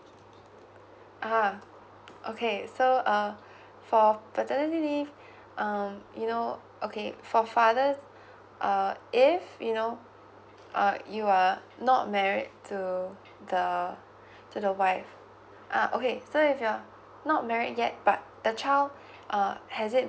ah okay so uh for paternity leave um you know okay for father uh if you know uh you are not married to the to the wife uh okay so if you are not married yet but the child uh has it